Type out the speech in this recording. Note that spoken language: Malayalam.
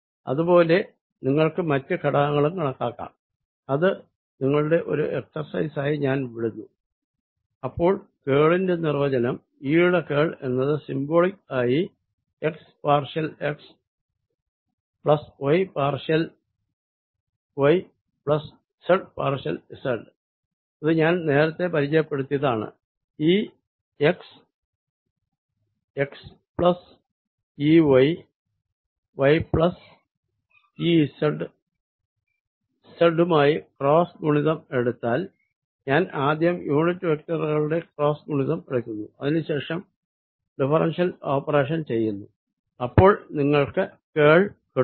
ഇത് പോലെ നിങ്ങൾക്ക് മറ്റു ഘടകങ്ങളും കണക്കാക്കാം അത് നിങ്ങളുടെ ഒരു എക്സർസൈസ് ആയി ഞാൻ വിടുന്നു അപ്പോൾ കേൾ ന്റെ നിർവചനം E യുടെ കേൾ എന്നത് സിംബോളിക് ആയി x partial x plus y partial y plus z partial z ഇത് ഞാൻ നേരത്തെ പരിചയപ്പെടുത്തിയതാണ് E x x plus E y y plus E z z യുമായി ക്രോസ്സ് ഗുണിതം എടുത്താൽ ഞാൻ ആദ്യം യൂണിറ്റ് വെക്റ്ററുകളുടെ ക്രോസ്സ് ഗുണിതം എടുക്കുന്നു അതിനു ശേഷം ഡിഫറെൻഷ്യൽ ഓപ്പറേഷൻ ചെയ്യുന്നു അപ്പോൾ നിങ്ങൾക്ക് കേൾ കിട്ടും